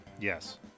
Yes